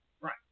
right